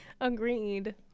agreed